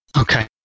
Okay